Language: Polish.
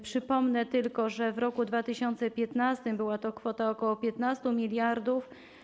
Przypomnę tylko, że w roku 2015 była to kwota ok. 15 mld.